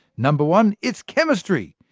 number one it's chemistry!